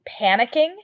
panicking